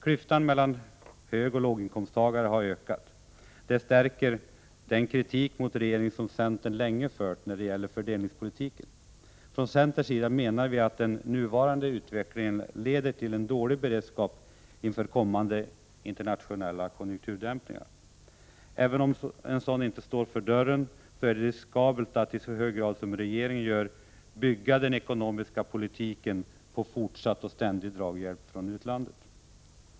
Klyftan mellan högoch låginkomsttagare har ökat. Det stärker den kritik mot regeringen som centern länge fört när det gäller fördelningspolitiken. Från centerns sida menar vi att den nuvarande utvecklingen leder till en dålig beredskap inför kommande internationella konjunkturdämpningar. Även om en sådan inte står för dörren är det riskabelt att i så hög grad som regeringen gör bygga den ekonomiska politiken på fortsatt och ständig draghjälp från utlandet.